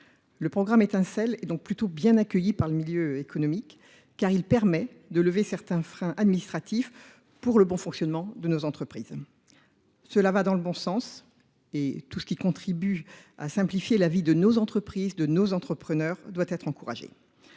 Le programme étincelle est donc plutôt bien accueilli par le milieu économique, car il permet de lever certains freins administratifs pour le bon fonctionnement de nos entreprises. Cela va dans le bon sens et tout ce qui contribue à simplifier la vie de nos entreprises, de nos entrepreneurs doit être encouragé.